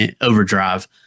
overdrive